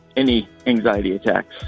any anxiety attacks.